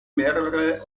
mehrere